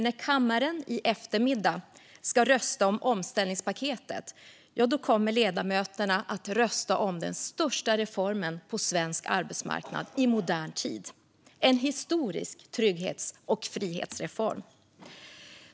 När kammaren i eftermiddag ska rösta om omställningspaketet kommer ledamöterna nämligen att rösta om den största reformen på svensk arbetsmarknad i modern tid. Det är en historisk trygghets och frihetsreform.